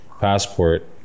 passport